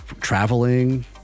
Traveling